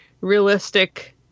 realistic